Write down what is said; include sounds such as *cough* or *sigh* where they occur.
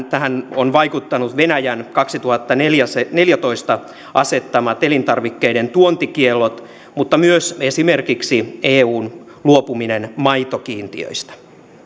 *unintelligible* tähän ovat vaikuttaneet venäjän vuonna kaksituhattaneljätoista asettamat elintarvikkeiden tuontikiellot mutta myös esimerkiksi eun luopuminen maitokiintiöistä